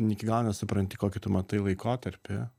iki galo nesupranti kokį tu matai laikotarpį